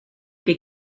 que